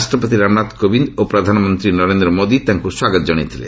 ରାଷ୍ଟ୍ରପତି ରାମନାଥ କୋବିନ୍ଦ ଓ ପ୍ରଧାନମନ୍ତ୍ରୀ ନରେନ୍ଦ୍ର ମୋଦି ତାଙ୍କୁ ସ୍ୱାଗତ ଜଣାଇଥିଲେ